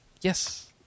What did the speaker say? Yes